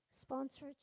Sponsor